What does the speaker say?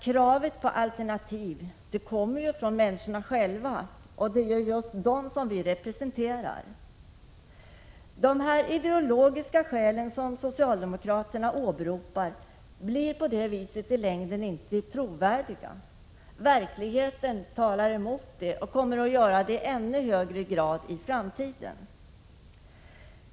Kravet på alternativ kommer nämligen från människorna själva — och det är just dem som vi representerar. De ideologiska skäl som socialdemokraterna åberopar blir på det viset i längden inte trovärdiga. Verkligheten talar emot era argument och kommer att göra det i ännu högre grad i framtiden.